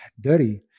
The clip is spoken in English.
dirty